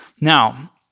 Now